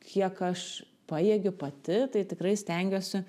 kiek aš pajėgiu pati tai tikrai stengiuosi